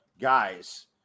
guys